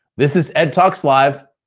this is ed talks live,